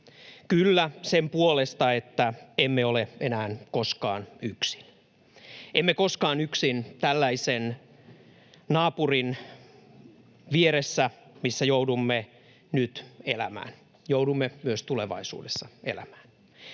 "kyllä" sen puolesta, että emme ole enää koskaan yksin, emme koskaan yksin tällaisen naapurin vieressä, missä joudumme nyt elämään ja joudumme myös tulevaisuudessa elämään.